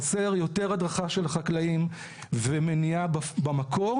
חסר יותר הדרכה של החקלאים ומניעה במקור,